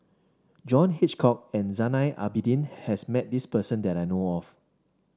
John Hitchcock and Zainal Abidin has met this person that I know of